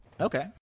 Okay